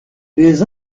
les